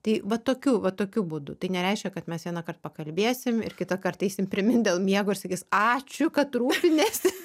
tai va tokiu va tokiu būdu tai nereiškia kad mes vienąkart pakalbėsim ir kitąkart eisim primint dėl miego ir sakys ačiū kad rūpiniesi